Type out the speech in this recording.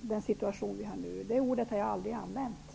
den situation vi har nu. Det ordet har jag aldrig använt.